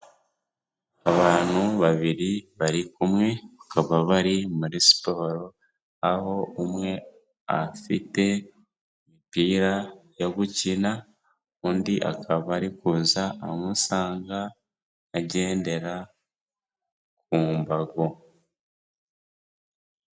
Abantu babiri bari kumwe, bakaba bari muri siporo, aho umwe afite imipira yo gukina, undi akaba ari kuza amusanga agendera ku mbago.